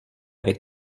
avec